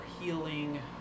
healing